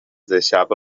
deixava